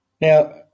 Now